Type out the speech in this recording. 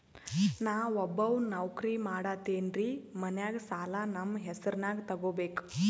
ನಾ ಒಬ್ಬವ ನೌಕ್ರಿ ಮಾಡತೆನ್ರಿ ಮನ್ಯಗ ಸಾಲಾ ನಮ್ ಹೆಸ್ರನ್ಯಾಗ ತೊಗೊಬೇಕ?